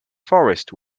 forest